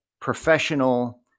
professional